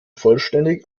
vollständig